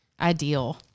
Ideal